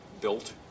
built